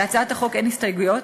להצעת החוק אין הסתייגויות.